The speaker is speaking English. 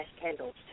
candles